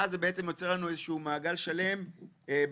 ואז זה בעצם יוצר לנו מעגל שלם בהתמודדות.